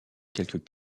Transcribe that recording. quelques